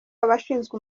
abashinzwe